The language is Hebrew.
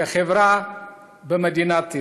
כחברה במדינת ישראל.